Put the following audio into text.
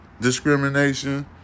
discrimination